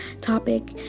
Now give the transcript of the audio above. topic